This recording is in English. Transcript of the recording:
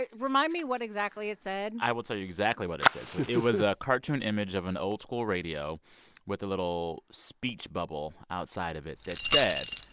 remind me what exactly it said i will tell you exactly what it said. so it was a cartoon image of an old-school radio with a little speech bubble outside of it that said.